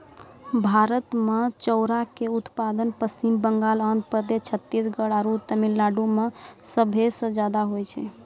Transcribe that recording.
भारत मे चाउरो के उत्पादन पश्चिम बंगाल, आंध्र प्रदेश, छत्तीसगढ़ आरु तमिलनाडु मे सभे से ज्यादा होय छै